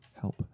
Help